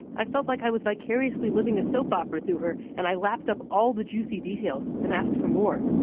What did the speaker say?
i felt like i was vicariously living a soap opera through her and i lapped up all the juicy details and asked for more.